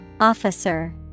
Officer